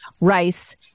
Rice